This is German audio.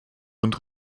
und